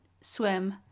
swim